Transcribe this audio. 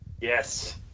Yes